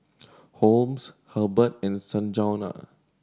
Holmes Herbert and Sanjuana